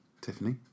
Tiffany